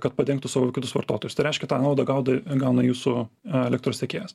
kad padengtų savo kitus vartotojus reiškia tą naudą gaudo gauna jūsų elektros tiekėjas